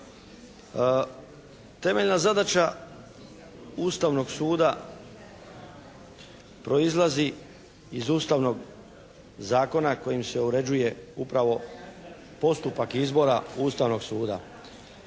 Temeljna zadaća Ustavnog suda proizlazi iz Ustavnog zakona kojim se uređuje upravo postupak izbora Ustavnog suda.